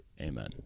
amen